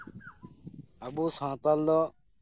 ᱟᱵᱚ ᱥᱟᱶᱛᱟᱞ ᱫᱚ